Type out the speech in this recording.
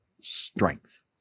strength